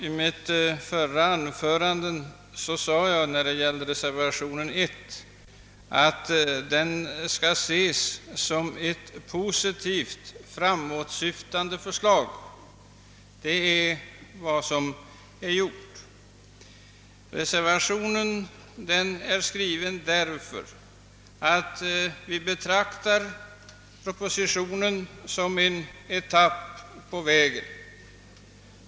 I mitt anförande framhöll jag, att reservationen 1 skall ses som ett positivt framåtsyftande förslag. Vi har skrivit denna reservation av den anledningen att vi betraktar propositionen som en etapp på vägen mot målet.